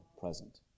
present